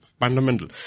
fundamental